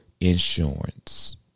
insurance